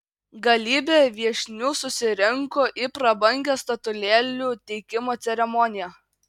galybė viešnių susirinko į prabangią statulėlių teikimo ceremoniją